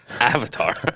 Avatar